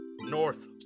North